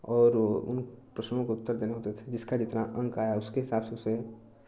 और वह उन प्रश्नों के उत्तर देने होते थे जिसका जितना अंक आया उसके हिसाब से फिर